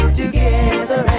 together